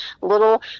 little